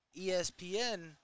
ESPN